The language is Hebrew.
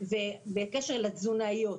בקשר לתזונאיות.